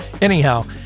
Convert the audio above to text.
anyhow